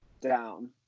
down